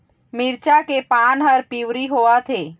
मिरचा के पान हर पिवरी होवथे?